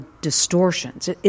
distortions